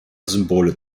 symbole